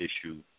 issue